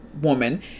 woman